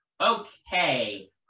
okay